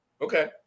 Okay